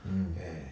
mmhmm